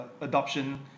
adoption